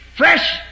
Fresh